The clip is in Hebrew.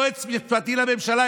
יועץ משפטי לממשלה,